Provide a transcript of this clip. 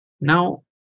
Now